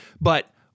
But-